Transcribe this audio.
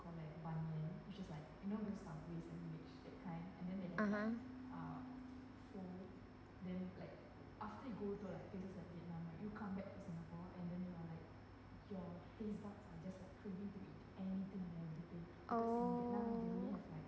(uh huh) oh